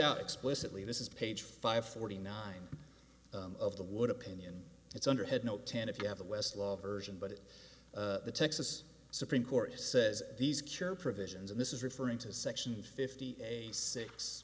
out explicitly this is page five forty nine of the wood opinion it's under head no ten if you have the west law version but the texas supreme court says these care provisions and this is referring to section fifty a six